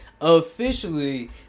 officially